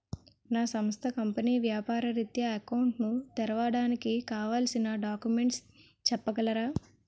నా సంస్థ కంపెనీ వ్యాపార రిత్య అకౌంట్ ను తెరవడానికి కావాల్సిన డాక్యుమెంట్స్ చెప్పగలరా?